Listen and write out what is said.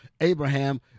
Abraham